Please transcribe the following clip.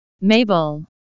Mabel